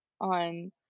on